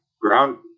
ground